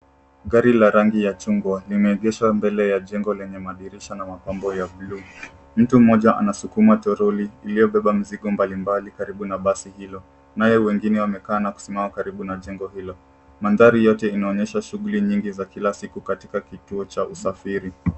Gari la rangi ya chungwa limeegeshwa mbele ya jengo lenye madirisha na mapambo ya buluu. mtu mmoja anasukuma troli iliyobeba mizigo mbalimbali karibu na basi hilo. naye wengine wamesimama na kukaa karibu na jengo hilo. Mandhari yote inaonyesha shuguli nyingi za kila siku katika kituo cha usafiri.